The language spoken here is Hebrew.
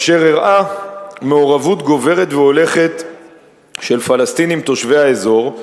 אשר הראתה מעורבות גוברת והולכת של פלסטינים תושבי האזור,